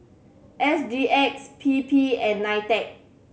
S G X P P and NITEC